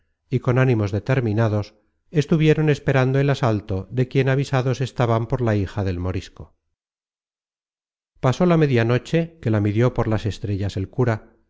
y con ánimos determinados estuvieron esperando el asalto de quien avisados estaban por la hija del morisco pasó la media noche que la midió por las estrellas el cura